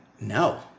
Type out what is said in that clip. No